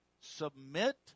Submit